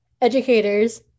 educators